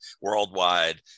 worldwide